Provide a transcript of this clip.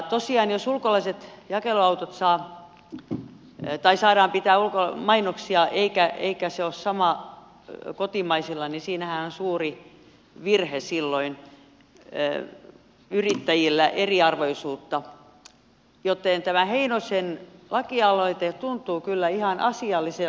tosiaan jos ulkolaiset jakeluautot saavat pitää mainoksia eikä se ole sama kotimaisilla niin siinähän on suuri virhe silloin yrittäjillä eriarvoisuutta joten tämä heinosen lakialoite tuntuu kyllä ihan asialliselta